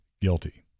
guilty